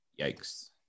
Yikes